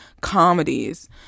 comedies